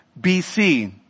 BC